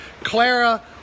Clara